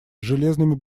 железными